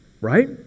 right